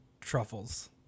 truffles